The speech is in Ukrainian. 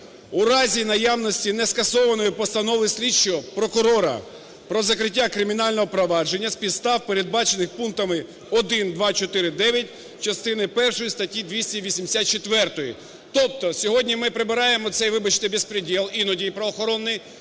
у разі наявності нескасованої постанови слідчого, прокурора про закриття кримінального провадження з підстав, передбачених пунктами 1, 2, 4, 9 частини першої статті 284. Тобто сьогодні ми прибираємо цей, вибачте, "беспредел" іноді правоохоронний,